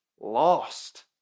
lost